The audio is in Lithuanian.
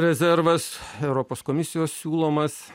rezervas europos komisijos siūlomas